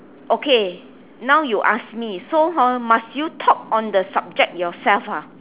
okay now you ask me so hor must you talk on the subject yourself ah